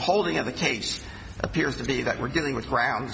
holding of the case appears to be that we're dealing with ground